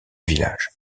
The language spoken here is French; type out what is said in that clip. village